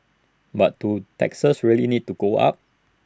but do taxes really need to go up